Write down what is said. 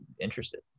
interested